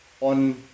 on